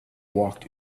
walked